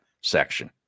section